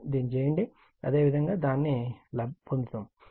అదేవిధంగా దీన్ని చేయండి అదేవిధంగా దాన్ని పొందుతారు